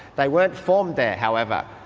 they weren't formed there however.